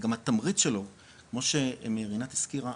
וגם התמריץ שלו כמו שרינת הזכירה,